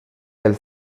del